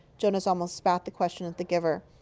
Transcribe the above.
jonas almost spat the question at the giver.